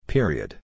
Period